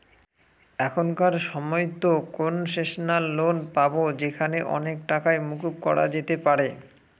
এখনকার সময়তো concessional loan পাবো যেখানে অনেক টাকাই মকুব করা যেতে পারে